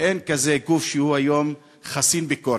שאין כזה גוף שהוא היום חסין ביקורת,